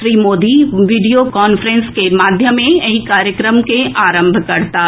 Shri Modi video conference के माध्यमे एहि कार्यक्रम के आरंभ करताह